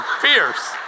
fierce